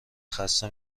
خسته